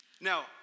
Now